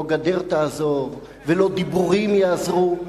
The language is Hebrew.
לא גדר תעזור ולא דיבורים יעזרו.